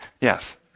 Yes